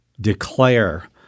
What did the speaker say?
declare